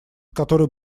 который